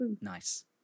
nice